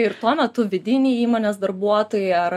ir tuo metu vidiniai įmonės darbuotojai ar